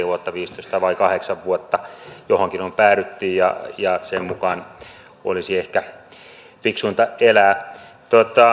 vuotta viisitoista vai kahdeksan vuotta johonkin päädyttiin ja ja sen mukaan olisi ehkä fiksuinta elää